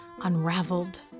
unraveled